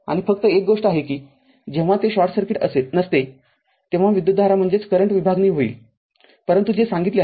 आणि फक्त एक गोष्ट अशी आहे की जेव्हा ते शॉर्ट सर्किट नसतेतेव्हा विद्युतधारा विभागणी होईलपरंतु जे सांगितले आहे